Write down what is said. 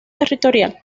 territorial